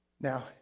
Now